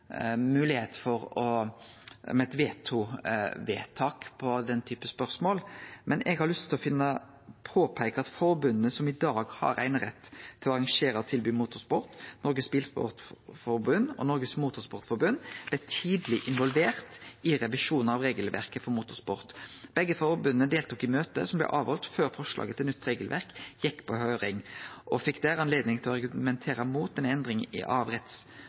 eit vetovedtak i den typen spørsmål. Men eg har lyst til å påpeike at forbunda som i dag har einerett til å arrangere og tilby motorsport, Norges Bilsportforbund og Norges Motorsportforbund, blei tidleg involverte i revisjonen av regelverket for motorsport. Begge forbunda deltok i møtet som blei halde før forslaget til nytt regelverk gjekk på høyring, og fekk der anledning til å argumentere mot ei endring av rettstilstanden, medrekna einerettssituasjonen. I